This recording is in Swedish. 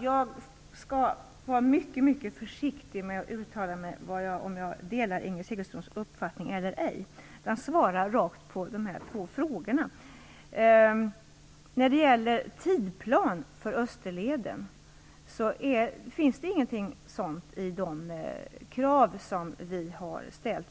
Jag skall vara mycket, mycket försiktigt med att uttala mig om huruvida jag delar Inger Segelströms uppfattning eller ej, utan jag skall besvara de två frågorna. I de krav som vi har ställt finns det inte med någonting om en tidsplan för Österleden.